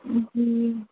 जी